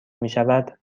میشود